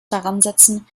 daransetzen